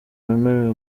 wemerewe